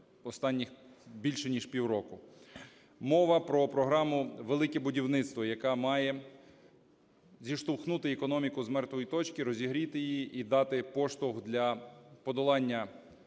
останніх більше, ніж півроку. Мова про програму велике будівництво, яка має зіштовхнути економіку з мертвої точки, розігріти її і дати поштовх для подолання